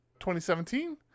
2017